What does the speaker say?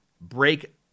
break